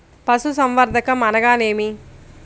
పశుసంవర్ధకం అనగా ఏమి?